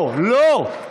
לא,